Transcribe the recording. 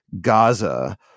Gaza